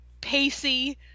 pacey